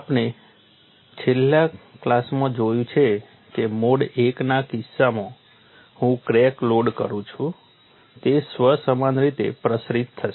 આપણે છેલ્લા ક્લાસમાં જોયું છે કે મોડ I ના કિસ્સામાં હું ક્રેક લોડ કરું છું તે સ્વ સમાન રીતે પ્રસારિત થશે